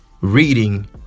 reading